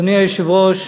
אדוני היושב-ראש,